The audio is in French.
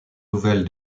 nouvelle